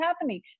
happening